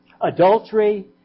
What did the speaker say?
adultery